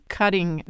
cutting